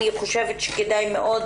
כדאי מאוד